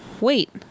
Wait